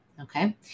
okay